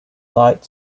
light